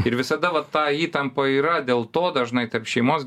ir visada va ta įtampa yra dėl to dažnai tarp šeimos